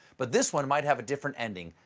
but this one might have a different ending,